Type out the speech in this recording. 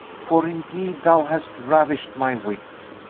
for indeed thou hast ravished my wit!